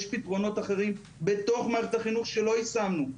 יש פתרונות אחרים בתוך מערכת החינוך שלא יישמנו.